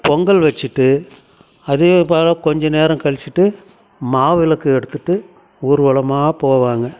பொங்கல் வச்சுட்டு அதையே போல் கொஞ்ச நேரம் கழுச்சுட்டு மாவிளக்கு எடுத்துட்டு ஊர்வலமாக போவாங்க